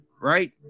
right